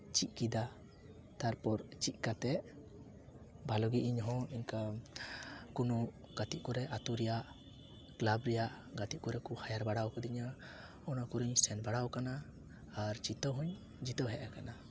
ᱪᱮᱫ ᱠᱮᱫᱟ ᱛᱟᱨᱯᱚᱨ ᱪᱮᱫ ᱠᱟᱛᱮᱫ ᱵᱷᱟᱹᱞᱤ ᱜᱮ ᱤᱧ ᱦᱚᱸ ᱚᱱᱠᱟ ᱠᱳᱱᱳ ᱜᱟᱛᱮᱜ ᱠᱚᱨᱮᱫ ᱟᱹᱛᱩ ᱨᱮᱭᱟᱜ ᱠᱞᱟᱵᱽ ᱨᱮᱭᱟᱜ ᱜᱟᱛᱮᱜ ᱠᱚᱨᱮᱫ ᱠᱚ ᱦᱟᱭᱟᱨ ᱵᱟᱲᱟᱣ ᱠᱟᱫᱤᱧᱟ ᱚᱱᱟ ᱠᱚᱨᱤᱧ ᱥᱮᱱ ᱵᱟᱲᱟᱣ ᱠᱟᱱᱟ ᱟᱨ ᱡᱤᱛᱟᱹᱣ ᱦᱚᱸᱧ ᱡᱤᱛᱟᱹᱣ ᱦᱮᱡ ᱠᱟᱱᱟ